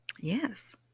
Yes